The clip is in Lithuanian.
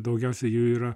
daugiausiai jų yra